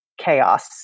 chaos